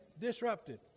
disrupted